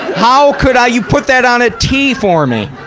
how could i, you put that on a tee for me!